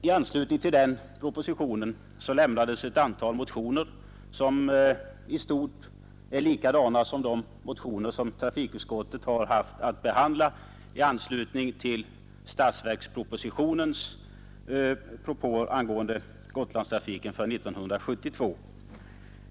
I anslutning till den propositionen hade väckts ett antal motioner, som i stort sett var likadana som de motioner som trafikutskottet har haft att behandla i anslutning till statsverkspropositionen angående Gotlandstrafiken för 1972.